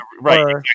Right